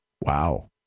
Wow